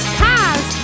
cars